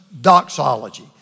doxology